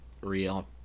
real